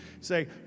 Say